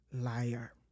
liar